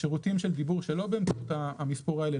שירותים של דיבור שלא באמצעות המספור האלה,